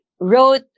wrote